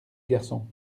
garçon